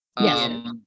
Yes